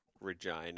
Regina